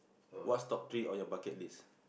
what's top three on your bucket list